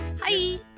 Hi